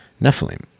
Nephilim